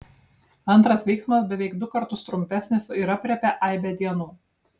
antras veiksmas beveik du kartus trumpesnis ir aprėpia aibę dienų